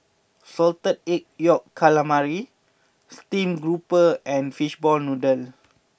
Salted Egg Yolk Calamari Steamed Grouper and Fishball Noodle